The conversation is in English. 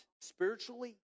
spiritually